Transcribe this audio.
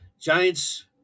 Giants